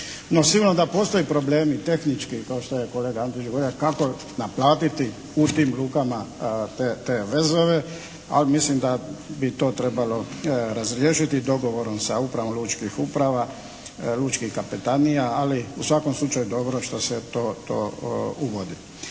No sigurno da postoje problemi tehnički kao što je kolega Antešić govorio kako naplatiti u tim lukama te vezove. A mislim da bi to trebalo razriješiti dogovorom sa upravom lučkih uprava, lučkih kapetanija, ali u svakom slučaju je dobro što se to uvodi.